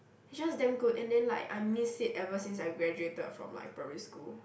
it's just damn good and then like I miss it ever since I graduated from my primary school